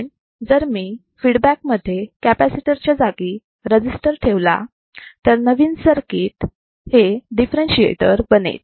पण जर मी फीडबॅक मध्ये कॅपॅसिटर च्या जागी रजिस्टर ठेवला तर नवीन सर्किट हे डिफरेंशीएटर बनेल